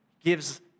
gives